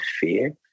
fear